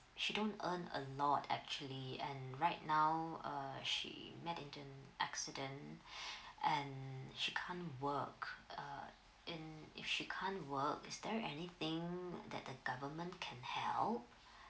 she don't earn a lot actually and right now uh she met an accident and she can't work uh and if she can't work is there anything that the government can help